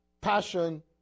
Passion